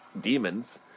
demons